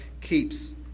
keeps